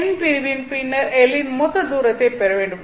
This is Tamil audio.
N பிரிவின் பின்னர் L இன் மொத்த தூரத்தைப் பெற வேண்டும்